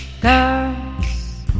girls